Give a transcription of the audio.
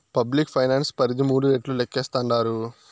public finance పరిధి మూడు రెట్లు లేక్కేస్తాండారు